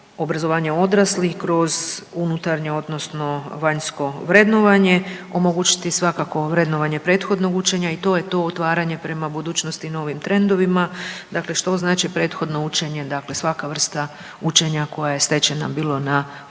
obrazovanje odraslih kroz unutarnje odnosno vanjsko vrednovanje, omogućiti svakako vrednovanje prethodnog učenja i to je to otvaranje prema budućnosti i novim trendovima. Dakle, što znači prethodno učenje? Svaka vrsta učenja koja je stečena bilo na formalni,